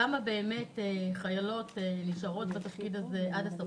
כמה באמת חיילות נשארות בתפקיד הזה עד הסוף,